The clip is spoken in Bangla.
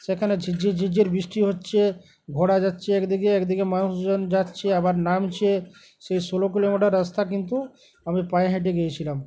সেখানে ঝিরঝির ঝিরঝির বৃষ্টি হচ্ছে ঘোড়া যাচ্ছে একদিকে একদিকে মানুষজন যাচ্ছে আবার নামছে সেই ষোলো কিলোমিটার রাস্তা কিন্তু আমি পায়ে হেঁটে গিয়েছিলাম